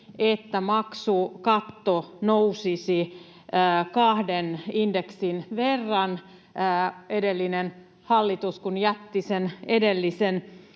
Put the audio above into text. että maksukatto nousisi kahden indeksin verran, edellinen hallitus kun jätti sen edellisen